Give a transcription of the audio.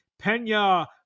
Pena